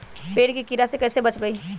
पेड़ के कीड़ा से कैसे बचबई?